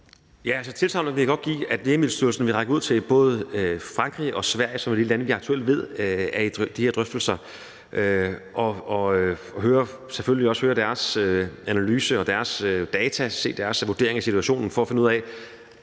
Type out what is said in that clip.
Ja, jeg vil gerne give tilsagn om, at Lægemiddelstyrelsen vil række ud til både Frankrig og Sverige, som er de lande, vi aktuelt ved har de her drøftelser, og selvfølgelig også høre deres analyse og se deres data og vurdering af situationen for at finde ud af,